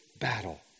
battle